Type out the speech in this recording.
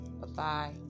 Bye-bye